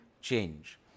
change